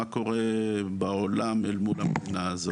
מה קורה בעולם אל מול המדינה הזאת.